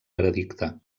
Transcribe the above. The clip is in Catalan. veredicte